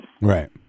Right